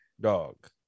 Dog